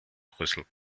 brüssel